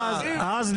אז,